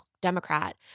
Democrat